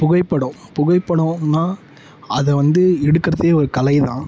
புகைப்படம் புகைப்படம்னா அதை வந்து எடுக்கிறதே ஒரு கலை தான்